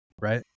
right